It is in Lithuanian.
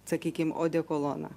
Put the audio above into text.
sakykim odekoloną